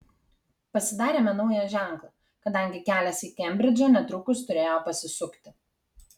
pasidarėme naują ženklą kadangi kelias į kembridžą netrukus turėjo pasisukti